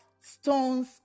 stones